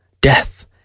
Death